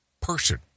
person